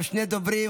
ישנם שני דוברים.